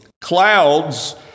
clouds